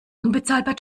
unbezahlbar